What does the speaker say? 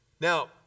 Now